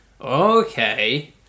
Okay